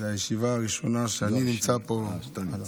זאת הישיבה הראשונה שאני נמצא פה איתך.